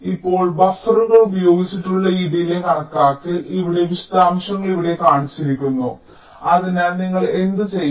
ഇപ്പോൾ ബഫറുകൾ ഉപയോഗിച്ചുള്ള ഈ ഡിലേയ് കണക്കാക്കൽ ഇവിടെ വിശദാംശങ്ങൾ ഇവിടെ കാണിച്ചിരിക്കുന്നു അതിനാൽ നിങ്ങൾ എന്തുചെയ്യും